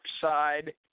side